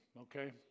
okay